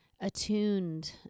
attuned